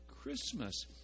Christmas